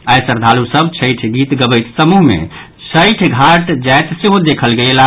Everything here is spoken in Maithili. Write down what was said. आई श्रद्वालु सभ छठिक गीत गबैत समूह मे छठि घाट जायत सेहो देखल गेलाह